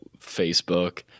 Facebook